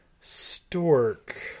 Stork